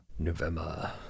november